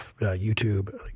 YouTube